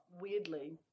Weirdly